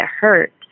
hurt